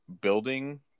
building